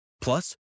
Plus